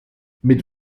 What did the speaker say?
mit